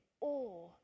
awe